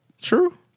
True